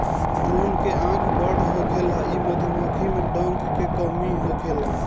drone के आँख बड़ होखेला इ मधुमक्खी में डंक के कमी होखेला